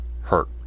hurt